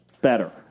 better